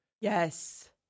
Yes